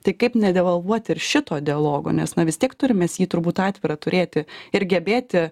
tai kaip nedevalvuoti ir šito dialogo nes na vis tiek turim mes jį turbūt atvirą turėti ir gebėti